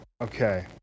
Okay